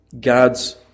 God's